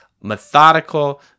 methodical